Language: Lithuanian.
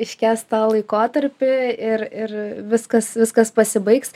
iškęs tą laikotarpį ir ir viskas viskas pasibaigs